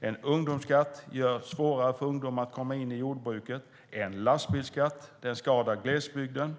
En ungdomsskatt gör det svårare för ungdomar att komma in i jordbruket. En lastbilsskatt skadar glesbygden.